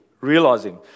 realizing